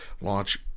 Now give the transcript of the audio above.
launch